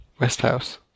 Westhouse